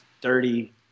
dirty